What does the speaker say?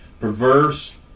perverse